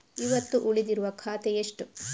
ಇವತ್ತು ಉಳಿದಿರುವ ಬಾಕಿ ಎಷ್ಟು?